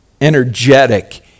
Energetic